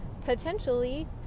potentially